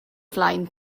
flaen